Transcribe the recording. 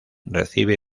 recibe